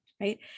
right